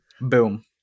Boom